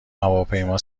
هواپیما